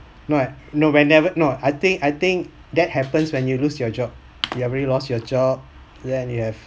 no I whenever no I think I think that happens when you lose your job you've really lost your job then you have